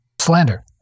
slander